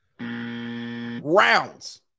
rounds